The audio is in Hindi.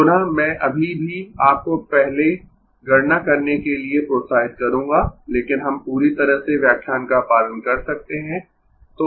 पुनः मैं अभी भी आपको पहले गणना करने के लिए प्रोत्साहित करूंगा लेकिन हम पूरी तरह से व्याख्यान का पालन कर सकते है